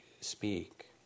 speak